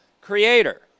creator